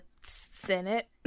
Senate